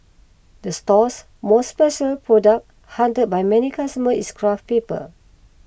the store's most special product hunted by many customers is craft paper